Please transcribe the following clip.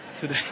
today